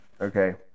Okay